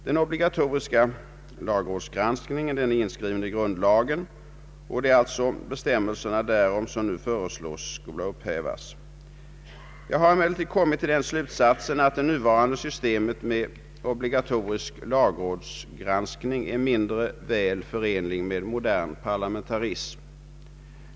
Den obligatoriska lagrådsgranskningen är inskriven i grundlagen, och det är alltså bestämmelserna därom som nu föreslås skola upphävas. Jag har emellertid kommit till slutsatsen att det nuvarande systemet med obligatorisk lagrådsgranskning är mindre väl förenligt med modern parlamentarism.